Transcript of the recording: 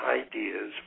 ideas